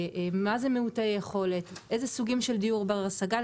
מה זה מיעוטי יכולת, איזה סוגים של דיור בר השגה.